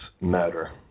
matter